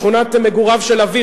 שכונת מגוריו של אביו,